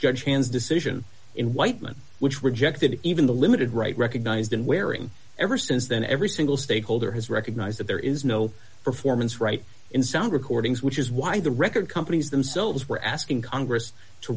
judge hans decision in whiteman which rejected even the limited right recognized in wearing ever since then every single stakeholder has recognized that there is no performance right in sound recordings which is why the record companies themselves were asking congress to